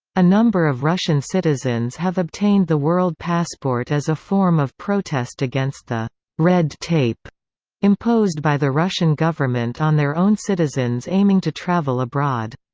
a number of russian citizens have obtained the world passport as a form of protest against the red tape imposed by the russian government on their own citizens aiming to travel abroad.